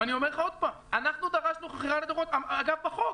אני אומר עוד פעם, אנחנו דרשנו חכירה לדורות בחוק.